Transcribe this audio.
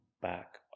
back